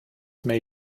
may